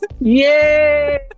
Yay